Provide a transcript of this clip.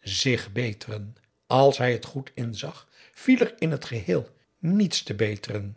zich beteren als hij het goed inzag viel er in t geheel niets te beteren